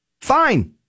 Fine